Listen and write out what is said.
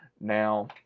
now